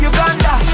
Uganda